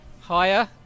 higher